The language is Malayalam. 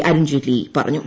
അരുൺ ജെയ്റ്റ്ലി പറഞ്ഞു